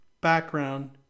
Background